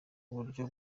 uburyo